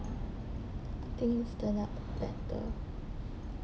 things turn out better